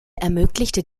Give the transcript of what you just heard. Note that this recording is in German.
ermöglichte